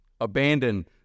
Abandon